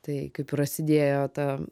tai kai prasidėjo ta